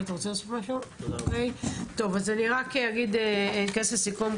אני אכנס לסיכום.